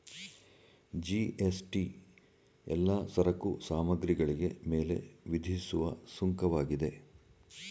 GST ಎಲ್ಲಾ ಸರಕು ಸಾಮಗ್ರಿಗಳಿಗೆ ಮೇಲೆ ವಿಧಿಸುವ ಸುಂಕವಾಗಿದೆ